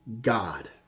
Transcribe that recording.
God